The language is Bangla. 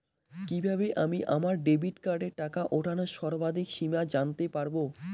কিভাবে আমি আমার ডেবিট কার্ডের টাকা ওঠানোর সর্বাধিক সীমা জানতে পারব?